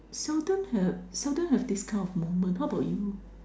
seldom have seldom have this kind of moment how about you